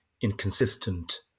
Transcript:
Inconsistent